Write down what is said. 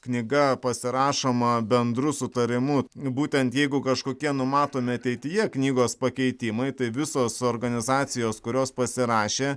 knyga pasirašoma bendru sutarimu būtent jeigu kažkokie numatomi ateityje knygos pakeitimai tai visos organizacijos kurios pasirašė